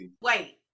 Wait